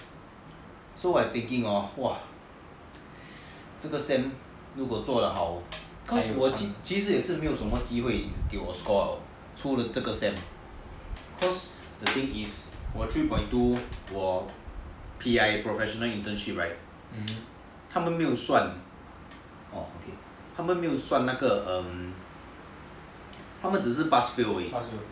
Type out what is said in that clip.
so I thinking hor !wah! 这个 sem 如果做的好 cause 我其实没有什么机会给我 score 了除了这个 sem cause the thing is 我 three point two 我的 P_I professional internship right 他们没有算那个 um 他们只是 pass fail 而已